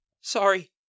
Sorry